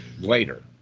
later